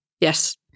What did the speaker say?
Yes